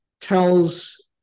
tells